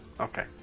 Okay